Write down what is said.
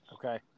Okay